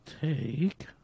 take